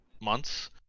...months